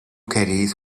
caddies